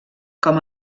com